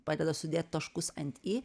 padeda sudėt taškus ant i